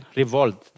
revolt